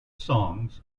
songs